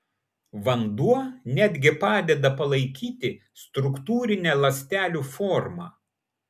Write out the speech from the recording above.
vanduo net gi padeda palaikyti struktūrinę ląstelių formą